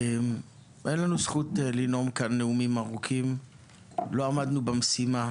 אין לנו זכות לנאום כאן נאומים ארוכים כי לא עמדנו במשימה,